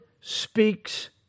speaks